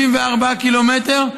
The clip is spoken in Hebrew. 34 ק"מ.